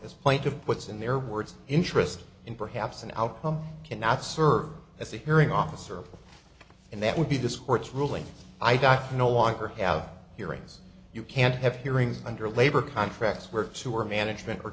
his point of what's in their words interest in perhaps an outcome cannot serve as a hearing officer and that would be discords ruling i doubt no longer have hearings you can't have hearings under labor contracts words who are management wor